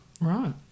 Right